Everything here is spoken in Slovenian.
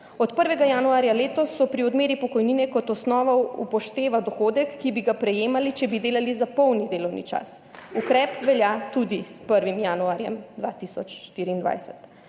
Od 1. januarja letos se pri odmeri pokojnine kot osnova upošteva dohodek, ki bi ga prejemali, če bi delali za polni delovni čas. Ukrep velja tudi s 1. januarjem 2024.